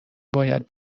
باید